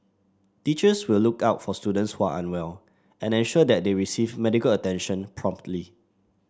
teachers will look out for students who are unwell and ensure that they receive medical attention promptly